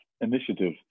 initiative